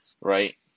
right